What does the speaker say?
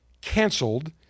canceled